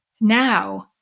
now